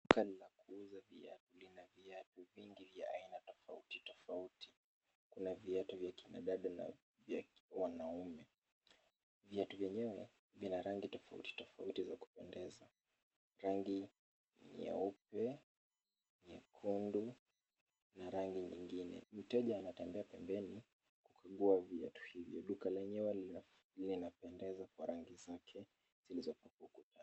Duka ni la kuuza viatu. Lina viatu vingi vya aina tofauti tofauti. Kuna viatu vya akina dada na vya wanaume. Viatu vyenyewe vina rangi tofauti tofauti vya kupendeza. Rangi ni nyeupe, nyekundu na rangi nyingine. Mteja anatembea pembeni kukagua viatu hivyo. Duka lenyewe linapendeza kwa rangi zake zilizopakwa ukutani.